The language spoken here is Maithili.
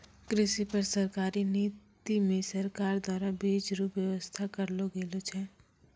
कृषि पर सरकारी नीति मे सरकार द्वारा बीज रो वेवस्था करलो गेलो छै